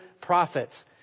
prophets